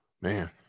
man